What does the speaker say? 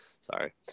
Sorry